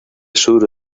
sur